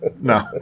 No